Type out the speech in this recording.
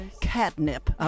catnip